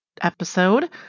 episode